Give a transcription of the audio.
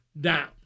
down